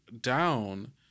down